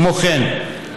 כמו כן,